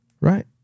right